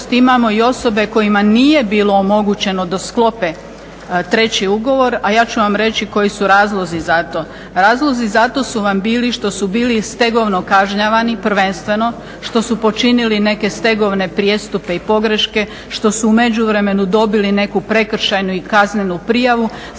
imamo i osobe kojima nije bilo omogućeno da sklope treći ugovor, a ja ću vam reći koji su razlozi za to. Razlozi za to su vam bili što su bili stegovno kažnjavani prvenstveno, što su počinili neke stegovne prijestupe i pogreške, što su u međuvremenu dobili neku prekršajnu i kaznenu prijavu. znači